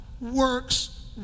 works